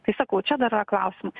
tai sakau čia dar yra klausimų